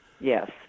Yes